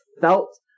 felt